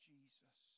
Jesus